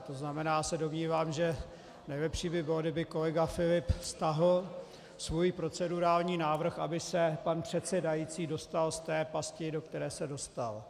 To znamená, já se domnívám, že nejlepší by bylo, kdyby kolega Filip stáhl svůj procedurální návrh, aby se pan předsedající dostal z té pasti, do které se dostal.